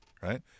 right